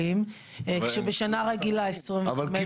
עומסים, אתם